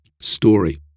story